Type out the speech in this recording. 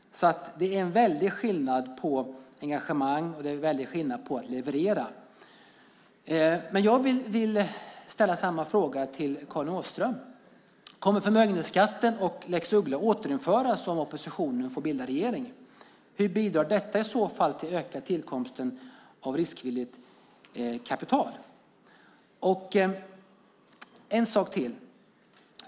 Det är en väldig skillnad i engagemang och det är en väldig skillnad i att leverera. Jag vill ställa samma fråga till Karin Åström: Kommer förmögenhetsskatten och lex Uggla att återinföras om oppositionen får bilda regering? Hur bidrar det i så fall till ökad tillkomst av riskvilligt kapital?